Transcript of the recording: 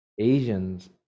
Asians